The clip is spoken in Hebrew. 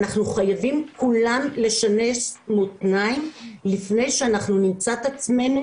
אנחנו חייבים כולם לשנס מותניים לפני שאנחנו נמצא את עצמנו,